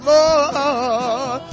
Lord